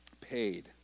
paid